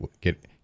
Get